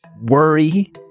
worry